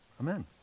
Amen